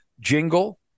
jingle